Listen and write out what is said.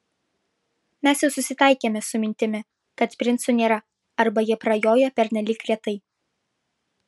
mes jau susitaikėme su mintimi kad princų nėra arba jie prajoja pernelyg retai